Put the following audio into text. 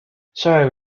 sorry